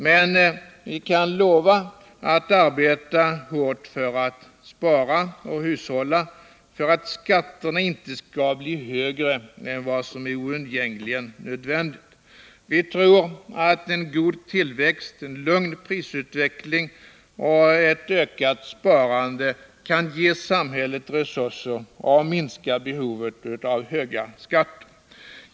Men vi kan lova att arbeta hårt för att spara och hushålla, för att skatterna inte skall bli högre än vad som är oundgängligen nödvändigt. Vi tror att en god tillväxt, en lugn prisutveckling och ett ökat sparande kan ge samhället resurser och minska behovet av höga skatter.